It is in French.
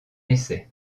essai